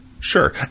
Sure